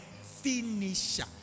finisher